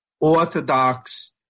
Orthodox